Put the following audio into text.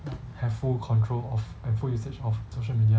have full control of have full usage of social media